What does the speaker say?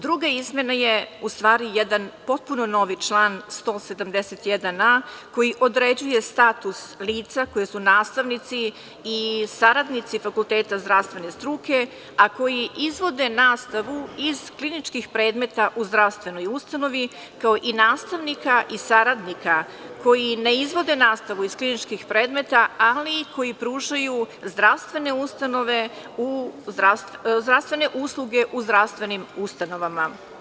Druga izmena je u stvari jedan potpuno novi član 171a koji određuje status lica koja su nastavnici i saradnici fakulteta zdravstvene struke, a koji izvode nastavu iz kliničkih predmeta u zdravstvenoj ustanovi, kao i nastavnika i saradnika koji ne izvode nastavu iz kliničkih predmeta, ali koji pružaju zdravstvene usluge u zdravstvenim ustanovama.